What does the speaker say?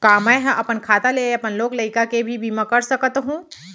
का मैं ह अपन खाता ले अपन लोग लइका के भी बीमा कर सकत हो